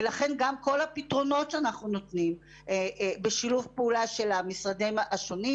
ולכן גם כל הפתרונות שאנחנו נותנים בשיתוף פעולה של המשרדים השונים.